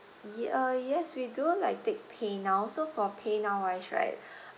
ya uh yes we do like take paynow so for paynow wise right